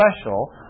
special